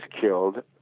killed